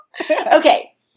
Okay